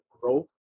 growth